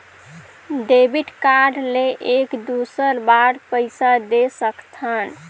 Debit card ले एक दुसर बार पइसा दे सकथन?